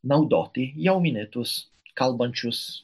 naudoti jau minėtus kalbančius